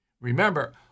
Remember